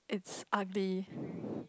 it's ugly